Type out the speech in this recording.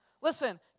Listen